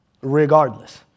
regardless